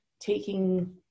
taking